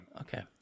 Okay